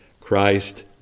Christ